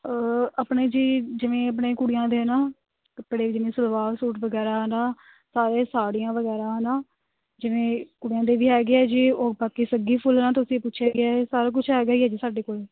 ਆਪਣੇ ਜੀ ਜਿਵੇਂ ਆਪਣੇ ਕੁੜੀਆਂ ਦੇ ਨਾ ਕੱਪੜੇ ਜਿਵੇਂ ਸਲਵਾਰ ਸੂਟ ਵਗੈਰਾ ਹਨਾ ਸਾਰੇ ਸਾੜੀਆਂ ਵਗੈਰਾ ਹਨਾ ਜਿਵੇਂ ਕੁੜੀਆਂ ਦੇ ਵੀ ਹੈਗੇ ਹੈ ਜੀ ਉਹ ਬਾਕੀ ਸੱਗੀ ਫੁੱਲਾਂ ਤੋਂ ਤੁਸੀਂ ਪੁੱਛਿਆ ਹੀ ਹੈ ਸਾਰਾ ਕੁੱਝ ਹੈਗਾ ਹੀ ਹੈ ਜੀ ਸਾਡੇ ਕੋਲ